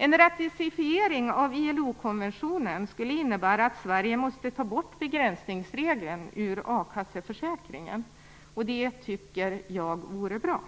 En ratificering av ILO konventionen skulle innebära att Sverige måste ta bort begränsningsregeln ur a-kasseförsäkringen. Det tycker jag vore bra.